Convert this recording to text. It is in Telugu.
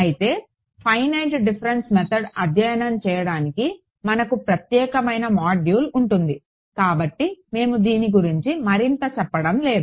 అయితే ఫైనైట్ డిఫరెన్స్ మెథడ్ అధ్యయనం చేయడానికి మనకు ప్రత్యేకమైన మాడ్యూల్ ఉంటుంది కాబట్టి మేము దీని గురించి మరింత చెప్పడం లేదు